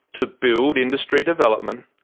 to build industry development,